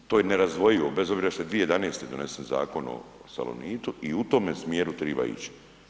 To je nerazdvojivo bez obzira što je 2011. donesen zakon o Salonitu i u tome smjeru triba ići.